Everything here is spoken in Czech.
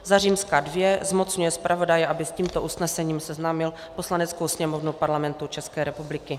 II. zmocňuje zpravodaje, aby s tímto usnesením seznámil Poslaneckou sněmovnu Parlamentu České republiky.